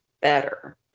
better